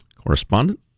correspondent